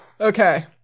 Okay